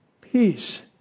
peace